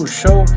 show